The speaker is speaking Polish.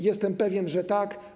Jestem pewien, że tak.